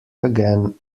again